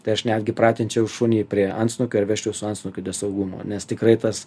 tai aš netgi pratinčiau šunį prie antsnukio ir vesčiau su antsnukiu de saugumo nes tikrai tas